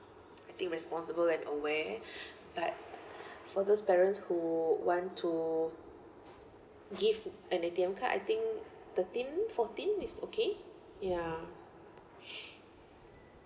I think responsible and aware but for those parents who want to give an A_T_M card I think thirteen fourteen is okay ya